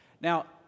now